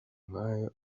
nk’ayo